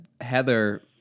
Heather